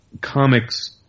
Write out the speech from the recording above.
comics